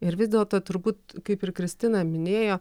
ir vis dėlto turbūt kaip ir kristina minėjo